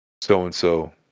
so-and-so